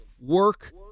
work